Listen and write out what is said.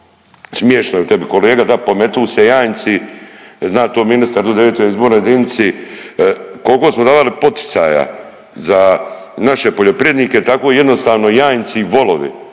Smiješno je tebi kolega, da pometu se janjci. Zna to ministar u 9. izbornoj jedinici. Koliko god smo davali poticaja za naše poljoprivrednike tako jednostavno janjci i volovi